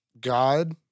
God